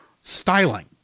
styling